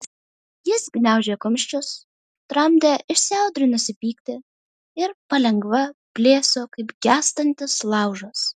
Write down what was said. jis gniaužė kumščius tramdė įsiaudrinusį pyktį ir palengva blėso kaip gęstantis laužas